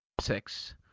six